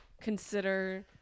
consider